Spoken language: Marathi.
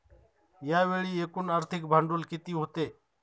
यावेळी एकूण आर्थिक भांडवल किती होते?